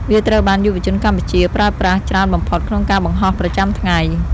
វាត្រូវបានយុវជនកម្ពុជាប្រើប្រាស់ច្រើនបំផុតក្នុងការបង្ហោះប្រចាំថ្ងៃ។